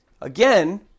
again